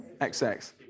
XX